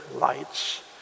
lights